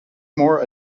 more